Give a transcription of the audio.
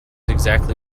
exactly